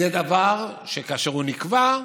זה דבר שכאשר הוא נקבע,